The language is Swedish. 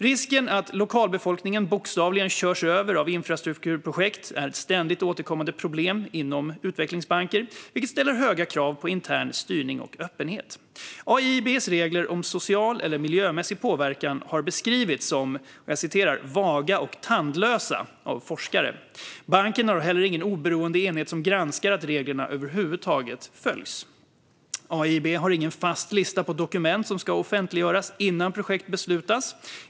Risken att lokalbefolkningen bokstavligen körs över av infrastrukturprojekt är ett ständigt återkommande problem inom utvecklingsbanker, vilket ställer höga krav på intern styrning och öppenhet. AIIB:s regler om social eller miljömässig påverkan har beskrivits som "vaga och tandlösa" av forskare. Banken har inte heller någon oberoende enhet som granskar att reglerna över huvud taget följs. AIIB har ingen fast lista på dokument som ska offentliggöras innan det beslutas om projekt.